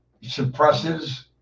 suppresses